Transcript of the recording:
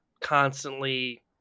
constantly